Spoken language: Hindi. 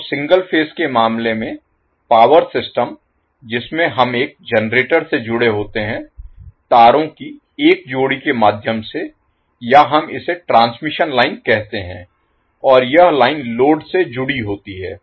तो सिंगल फेज के मामले में पावर सिस्टम जिसमें हम एक जनरेटर से जुड़े होते हैं तारों की एक जोड़ी के माध्यम से या हम इसे ट्रांसमिशन लाइन कहते हैं और यह लाइन लोड से जुड़ी होती है